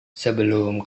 sebelum